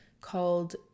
called